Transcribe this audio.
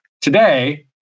Today